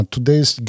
Today's